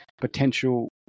potential